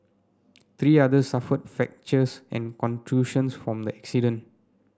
three others suffered fractures and contusions from the accident